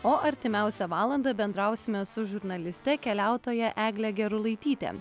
o artimiausią valandą bendrausime su žurnaliste keliautoja eglė gerulaitytė